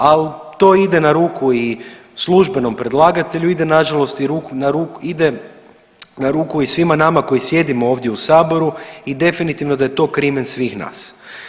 Ali to ide na ruku i službenom predlagatelju ide nažalost i ruku, na ruku ide, na ruku i svima nama koji sjedimo ovdje u saboru i definitivno da je to krimen svih nas.